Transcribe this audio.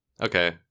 Okay